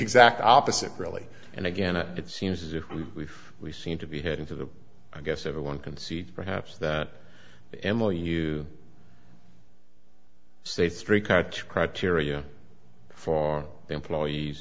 exact opposite really and again it it seems as if we we seem to be heading to the i guess everyone can see perhaps that emily you say three cuts criteria for our employees